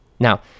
Now